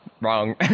wrong